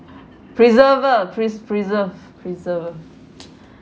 preserver pres~ preserve preserver